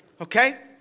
Okay